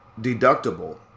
deductible